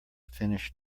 finished